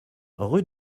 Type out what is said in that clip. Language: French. rue